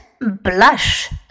blush